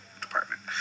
Department